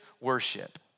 worship